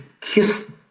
kiss